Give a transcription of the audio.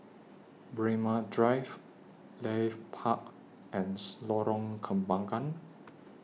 Braemar Drive Leith Park and Lorong Kembagan